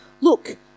Look